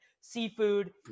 seafood